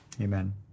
Amen